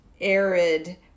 arid